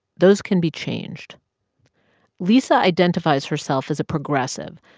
those can be changed lisa identifies herself as a progressive,